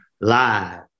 live